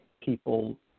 people